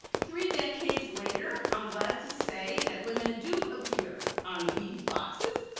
three decades later, i'm glad to say that women do appear on wheaties boxes.